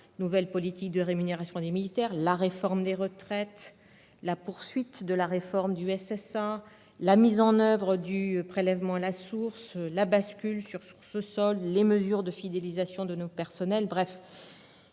nouvelle politique de rémunération des militaires, la réforme des retraites, la poursuite de la réforme du SSA, la mise en oeuvre du prélèvement à la source, la bascule sur, les mesures de fidélisation de nos personnels et